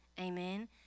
amen